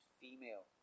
female